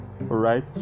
right